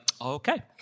okay